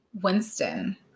Winston